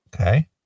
Okay